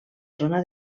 zona